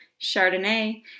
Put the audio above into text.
chardonnay